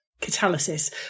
catalysis